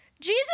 Jesus